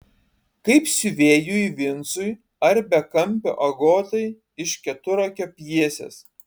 kaip siuvėjui vincui ar bekampio agotai iš keturakio pjesės